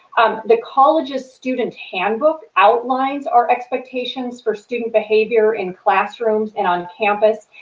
the college's student handbook outlines our expectations for student behavior in classrooms and on campus,